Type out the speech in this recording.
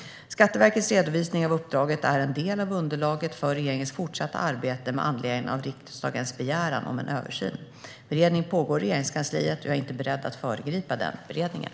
Skatteverkets redovisning av uppdraget är en del av underlaget för regeringens fortsatta arbete med anledning av riksdagens begäran om en översyn. Beredning pågår i Regeringskansliet, och jag är inte beredd att föregripa den beredningen.